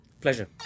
Pleasure